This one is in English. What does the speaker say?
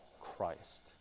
christ